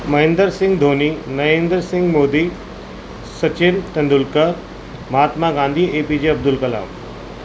Mahendra Singh Dhoni Narendra Singh Modi Sachin Tendulkar Mahatma Gandhi A P J Abdul Kalam